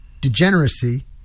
degeneracy